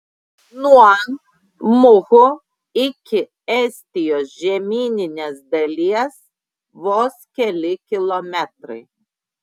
nuo muhu iki estijos žemyninės dalies vos keli kilometrai